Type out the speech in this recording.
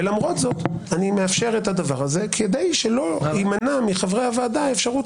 ולמרות זאת אני מאפשר את הדבר הזה כדי שלא תימנע מחברי הוועדה האפשרות